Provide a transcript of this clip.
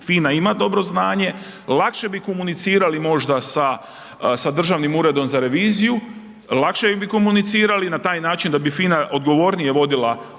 FINA ima dobro znanje, lakše bi komunicirali možda se Državnim urednom za reviziju, lakše bi komunicirali na taj način da bi FINA odgovornije vodila